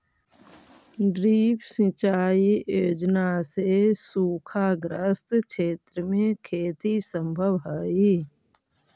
drip सिंचाई योजना से सूखाग्रस्त क्षेत्र में खेती सम्भव हइ